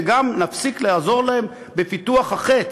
וגם נפסיק לעזור להם בפיתוח ה"חץ"